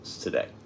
today